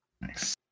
Nice